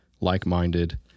like-minded